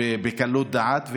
בקלות דעת,